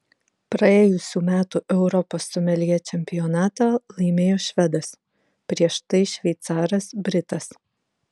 praėjusių metų europos someljė čempionatą laimėjo švedas prieš tai šveicaras britas